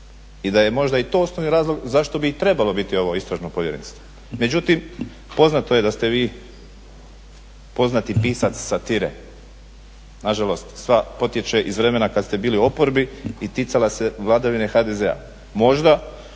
i da je i to možda osnovni razlog zašto bi i trebalo biti ovo istražno povjerenstvo. Međutim poznato je da ste vi poznati pisac satire, nažalost sva potječe iz vremena kada ste bili u oporbi i ticala se vladavine HDZ-a. možda